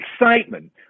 excitement